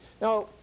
Now